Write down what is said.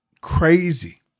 crazy